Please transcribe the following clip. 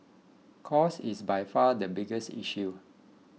cost is by far the biggest issue